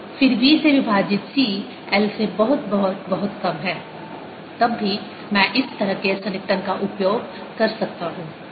फिर v से विभाजित C 1 से बहुत बहुत बहुत कम है तब भी मैं इस तरह के सन्निकटन का उपयोग कर सकता हूं